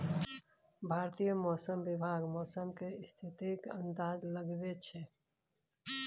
भारतीय मौसम विभाग मौसम केर स्थितिक अंदाज लगबै छै